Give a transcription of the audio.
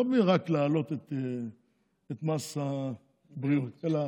לא רק על ידי העלאת מס הבריאות אלא